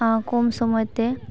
ᱠᱚᱢ ᱥᱳᱢᱳᱭ ᱛᱮ